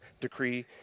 decree